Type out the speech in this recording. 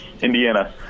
Indiana